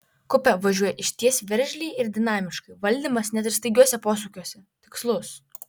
kupė važiuoja išties veržliai ir dinamiškai valdymas net ir staigiuose posūkiuose tikslus